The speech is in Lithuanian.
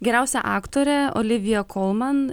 geriausia aktorė olivija kolman